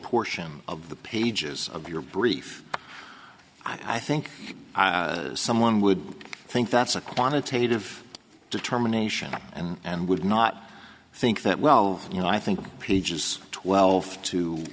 portion of the pages of your brief i think someone would think that's a quantitative determination and and would not think that well you know i think pages twelve to